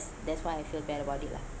that's why I feel bad about it lah